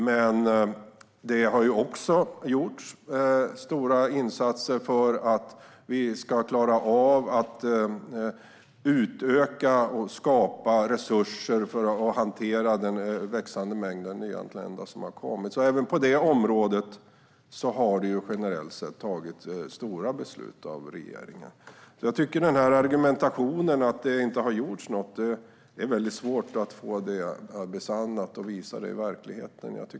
Men det har också gjorts stora insatser för att vi ska klara av att utöka och skapa resurser för att hantera den växande mängden nyanlända. Även på detta område har det generellt sett tagits stora beslut av regeringen. Argumentationen om att det inte har gjorts något stämmer inte överens med verkligheten.